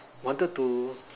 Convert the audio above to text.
wanted to